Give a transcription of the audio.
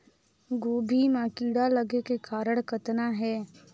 गोभी म कीड़ा लगे के कारण कतना हे?